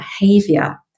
behavior